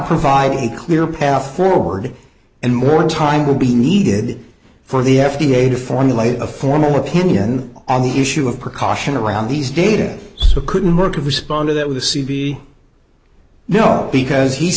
providing a clear path forward and more time will be needed for the f d a to formulate a formal opinion on the issue of precaution around these data so couldn't work respond to that with a c b no because he's